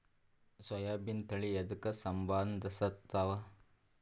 ಸೋಯಾಬಿನ ತಳಿ ಎದಕ ಸಂಭಂದಸತ್ತಾವ?